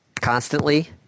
constantly